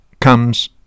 comes